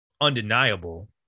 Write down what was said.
undeniable